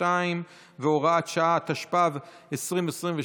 22 והוראת שעה), התשפ"ב 2022,